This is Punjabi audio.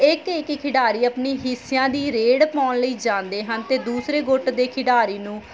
ਇੱਕ ਇੱਕ ਖਿਡਾਰੀ ਆਪਣੀ ਹਿੱਸਿਆਂ ਦੀ ਰੇਡ ਪਾਉਣ ਲਈ ਜਾਂਦੇ ਹਨ ਅਤੇ ਦੂਸਰੇ ਗੁੱਟ ਦੇ ਖਿਡਾਰੀ ਨੂੰ